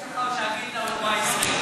מה יש לך עוד להגיד לאומה הישראלית?